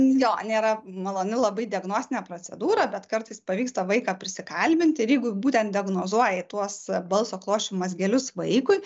jo nėra maloni labai diagnostinė procedūra bet kartais pavyksta vaiką prisikalbint ir jeigu būtent diagnozuoji tuos balso klosčių mazgelius vaikui